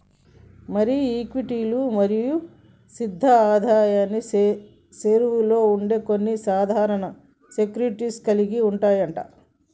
మరి ఈక్విటీలు మరియు స్థిర ఆదాయానికి సేరువలో ఉండే కొన్ని సాధనాలను సెక్యూరిటీస్ కలిగి ఉంటాయి అంట